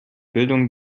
bildung